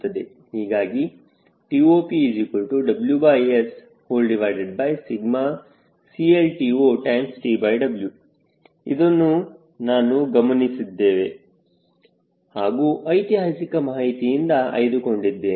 ಹೀಗಾಗಿ TOPWSCLTOTW ಇದನ್ನು ನಾನು ಗಮನಿಸಿದ್ದೇನೆ ಹಾಗೂ ಐತಿಹಾಸಿಕ ಮಾಹಿತಿಯಿಂದ ಆಯ್ದುಕೊಂಡಿದ್ದೇನೆ